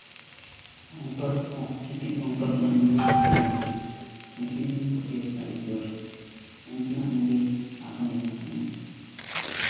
ᱚᱱᱛᱚᱨ ᱵᱷᱤᱛᱨᱤ ᱚᱱᱛᱚᱨ ᱠᱷᱚᱱᱟᱜ ᱤᱧ ᱥᱤᱵᱤᱞ ᱠᱤᱱᱟ ᱩᱱᱠᱤᱱ ᱜᱮᱧ ᱠᱩᱥᱤᱭ ᱠᱤᱱᱟ ᱟᱹᱰᱤ ᱡᱳᱨ ᱩᱱᱠᱤᱱᱟᱜ ᱢᱩᱵᱷᱤ ᱟᱨᱚ ᱧᱮᱧᱮᱞ ᱥᱟᱱᱟᱧᱟ